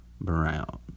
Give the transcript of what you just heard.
Brown